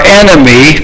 enemy